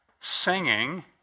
singing